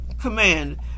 command